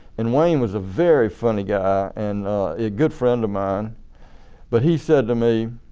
and wayne was a very funny guy and a good friend of mine but he said to me